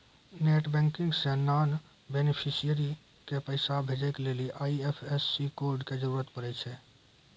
net banking से non beneficiary के पैसा भेजै के लेली आई.एफ.एस.सी कोड के जरूरत पड़ै छै